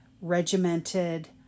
regimented